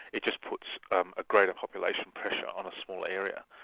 it just puts um a greater population pressure on a smaller area,